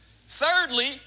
Thirdly